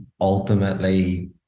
ultimately –